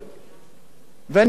והשאיפה שלי היא